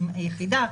עם היחידה,